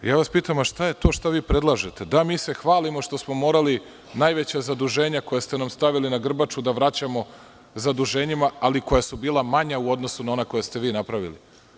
Pitam vas šta je to što vi predlažete, da mi se hvalimo što smo morali najveća zaduženja koja ste nam stavili na grbaču da vraćamo zaduženjima, koja su bila manja u odnosu na ona koja ste vi napravili.